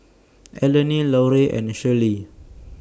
Eleni Larue and Shirlee